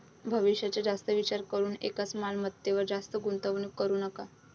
भविष्याचा जास्त विचार करून एकाच मालमत्तेवर जास्त गुंतवणूक करू नका